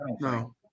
No